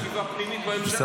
שכבר תהיה חשיבה פנימית בהמשך,